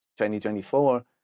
2024